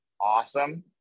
awesome